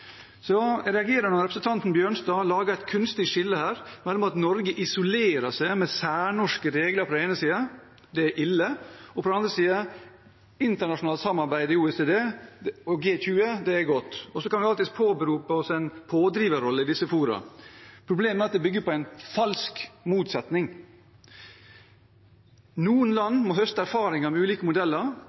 Jeg reagerer når representanten Bjørnstad lager et kunstig skille med et isolert Norge og særnorske regler på den ene siden, og det er ille, og et internasjonalt samarbeid i OECD og G20 på den andre siden, og det er godt. Vi kan alltids påberope oss en pådriverrolle i disse foraene – problemet er at det bygger på en falsk motsetning. Noen land må høste erfaringer med ulike modeller,